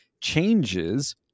changes